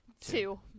Two